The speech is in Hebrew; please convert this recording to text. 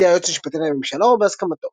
בידי היועץ המשפטי לממשלה או בהסכמתו.